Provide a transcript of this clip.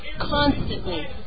Constantly